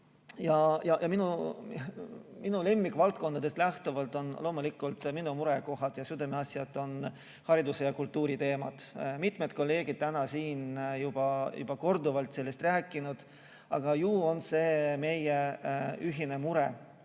Minu lemmikvaldkondadest lähtuvalt on loomulikult minu murekohad ja südameasjad hariduse ja kultuuri teemad. Mitmed kolleegid on täna siin juba korduvalt sellest rääkinud, ju on see meie ühine mure.